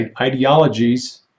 ideologies